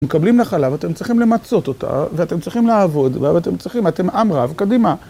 מקבלים לחלה ואתם צריכים למצות אותה ואתם צריכים לעבוד ואתם צריכים, אתם עם רב, קדימה.